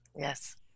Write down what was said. Yes